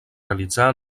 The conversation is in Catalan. realitzar